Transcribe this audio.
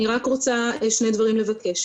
אני רק רוצה שני דברים לבקש.